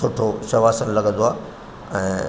सुठो शवासन लॻंदो आहे ऐं